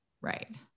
right